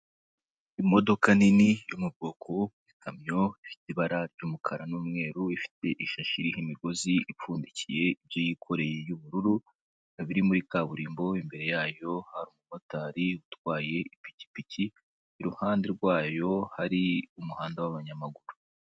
Imodoka nini yo mu bwoko bw'ikamyo ifite ibara ry'umukara n'umweru, ifite ishashi iriho imigozi ipfundikiye ibyo yikoreye y'ubururu. Ikaba iri muri kaburimbo imbere yayo hari umumotari utwaye ipikipiki, iruhande rwayo hari umuhanda w'abanyamaguru.